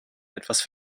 etwas